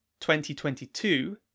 2022